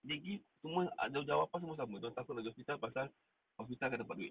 they give semua jawapan semua sama dia orang takut nak pergi hospital hospital dapat duit